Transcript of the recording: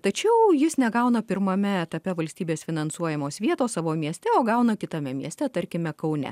tačiau jis negauna pirmame etape valstybės finansuojamos vietos savo mieste o gauna kitame mieste tarkime kaune